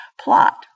plot